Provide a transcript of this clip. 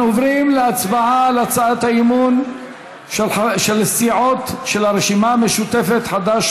אנחנו עוברים להצבעה על הצעת האי-אמון של סיעות הרשימה המשותפת (חד"ש,